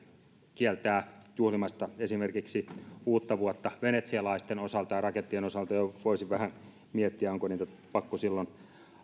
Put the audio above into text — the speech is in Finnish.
kieltää ihmisiä juhlimasta esimerkiksi uuttavuotta venetsialaisten osalta ja rakettien osalta jo voisin vähän miettiä onko niitä pakko silloin